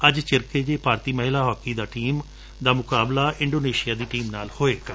ਅੱਜ ਚਿਰਕੇ ਜਿਹੇ ਭਾਰਡੀ ਮਹਿਲਾ ਹੱਕੀ ਟੀਮ ਦਾ ਮੁਕਾਬਲਾ ਇੰਡੋਨੇਸੀਆ ਦੀ ਟੀਮ ਨਾਲ ਹੋਵੇਗਾ